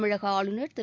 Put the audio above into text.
தமிழக ஆளுநர் திரு